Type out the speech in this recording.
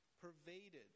pervaded